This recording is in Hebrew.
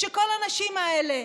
שכל הנשים האלה,